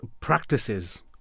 practices